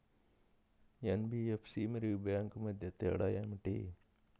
NBFC మరియు bank మధ్య తేడా ఏమిటీ?